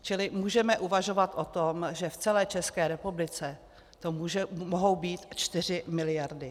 Čili můžeme uvažovat o tom, že v celé České republice to mohou být 4 mld.